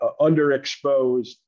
underexposed